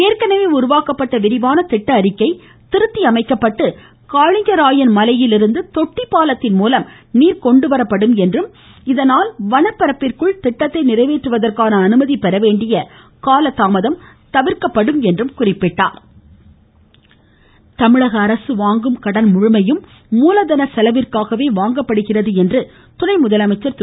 ஏற்கனவே உருவாக்கப்பட்ட விரிவான திட்ட அறிக்கை திருத்தி அமைக்கப்பட்டு காளிங்கராயன் மலையிலிருந்து தொட்டி பாலத்தின் மூலம் நீர் கொண்டுவரப்படும் என்றும் இதனால் வனப்பரப்பிற்குள் திட்டத்தை நிறைவேற்றுவதற்கான அனுமதி பெற வேண்டிய கால தாமதம் தவிர்க்கப்படும் என்று கூறினார் துணை முதலமைச்சர் தமிழக அரசு வாங்கும் கடன் முழுமையும் மூலதன செலவிற்காகவே வாங்கப்படுகிறது என்று துணை முதலமைச்சர் திரு